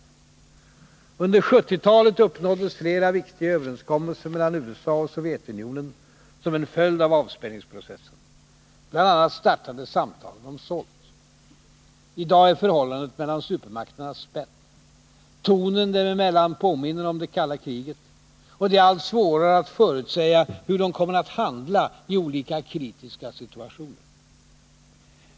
Under 1970-talet uppnåddes flera viktiga överenskommelser mellan USA och Sovjetunionen som en följd av avspänningsprocessen. Bl. a. startades samtalen om SALT. I dag är förhållandet mellan supermakterna spänt. Tonen dem emellan påminner om det kalla kriget. Och det är allt svårare att förutsäga hur de kommer att handla i olika kritiska situationer.